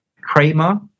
kramer